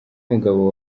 umugabo